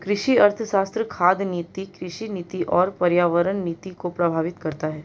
कृषि अर्थशास्त्र खाद्य नीति, कृषि नीति और पर्यावरण नीति को प्रभावित करता है